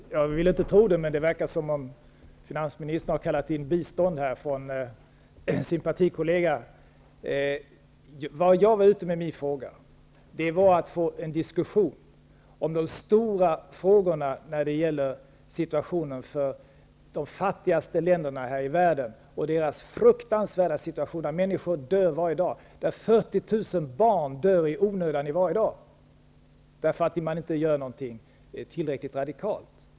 Herr talman! Jag vill inte tro det, men det verkar som om finansministern har kallat på bistånd från sin partikollega. Med min fråga var jag ute efter att få en diskussion om de stora frågorna när det gäller situationen för de fattigaste länderna här i världen. Deras situation är fruktansvärd. Människor dör varje dag. 40 000 barn dör i onödan varje dag därför att man inte gör något tillräckligt radikalt.